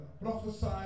prophesy